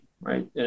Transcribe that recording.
right